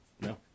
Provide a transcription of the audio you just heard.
No